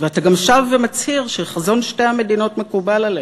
ואתה גם שב ומצהיר שחזון שתי המדינות מקובל עליך.